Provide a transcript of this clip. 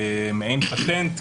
מעין פטנט,